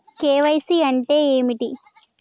KYC అంటే ఏమిటి?